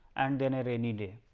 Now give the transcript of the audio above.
and then a rainy day.